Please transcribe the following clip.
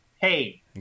hey